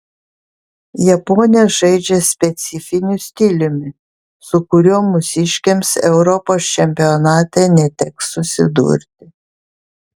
japonės žaidžia specifiniu stiliumi su kuriuo mūsiškėms europos čempionate neteks susidurti